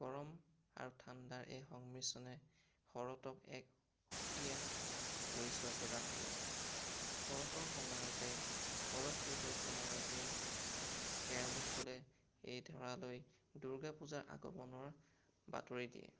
গৰম আৰু ঠাণ্ডাৰ এই সংমিশ্ৰণে শৰতক এক সুকীয়া পৰিচয় প্ৰদান কৰে শৰতৰ সময়তেই শৰত ঋতুৰ সময়তেই শেৱালি ফুলে এই ধৰালৈ দুৰ্গা পূজাৰ আগমনৰ বাতৰি দিয়ে